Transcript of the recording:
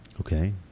Okay